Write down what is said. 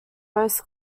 most